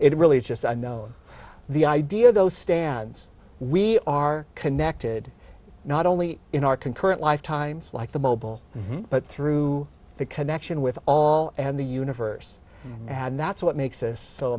just i know the idea of those stands we are connected not only in our concurrent lifetimes like the mobile but through the connection with all and the universe and that's what makes this so